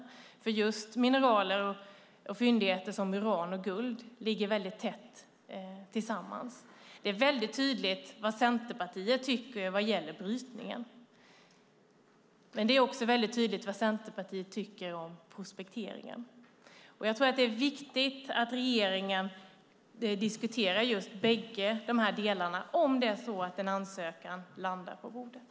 Just mineraler och fyndigheter som uran och guld ligger nämligen väldigt tätt tillsammans. Det är väldigt tydligt vad Centerpartiet tycker vad gäller brytningen, men det är också väldigt tydligt vad Centerpartiet tycker om prospekteringen. Jag tror att det är viktigt att regeringen diskuterar bägge dessa delar om det är så att en ansökan landar på bordet.